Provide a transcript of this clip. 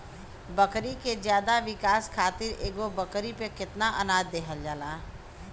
बकरी के ज्यादा विकास खातिर एगो बकरी पे कितना अनाज देहल जाला?